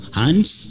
hands